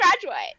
graduate